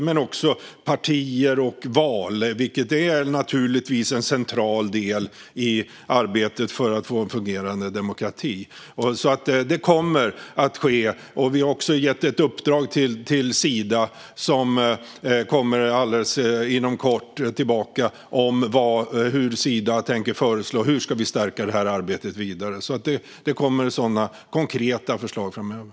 Det gäller också partier och val, som givetvis är en central del i arbetet för att få en fungerande demokrati. Vi har också gett ett uppdrag till Sida, som inom kort kommer att återkomma med förslag om hur detta arbete ska stärkas. Det kommer alltså konkreta förslag framöver.